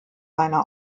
seiner